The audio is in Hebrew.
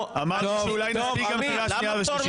אמרתי שאולי נספיק גם קריאה שנייה ושלישית.